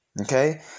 Okay